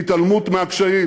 מהתעלמות מהקשיים,